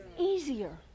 Easier